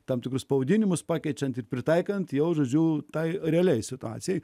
tam tikrus pavadinimus pakenčianti pritaikant jo žodžiu tai realiai situacijai